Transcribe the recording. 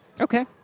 Okay